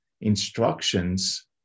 instructions